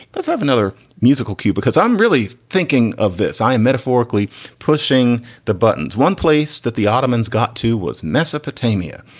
let's have another musical cue, because i'm really thinking of this. i am metaphorically pushing the buttons. one place that the ottomans got to was mesopotamia.